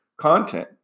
content